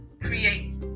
create